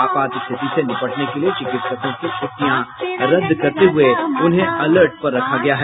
आपात स्थिति से निपटने के लिए चिकित्सकों की छुट्टियां रद्द करते हुए उन्हें अलर्ट पर रखा गया है